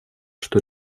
что